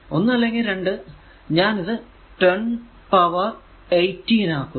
1 അല്ലെങ്കിൽ 2 ഞാൻ ഇത് 10 പവർ 18 ആക്കുന്നു